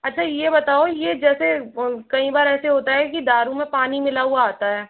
अच्छा यह बताओ यह जैसे कई बार ऐसे होता है कि दारू में पानी मिला हुआ आता है